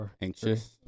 Anxious